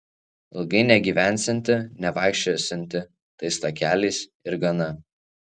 ilgai negyvensianti nevaikščiosianti tais takeliais ir gana